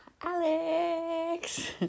Alex